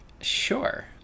Sure